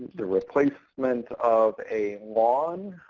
the replacement of a lawn,